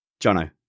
Jono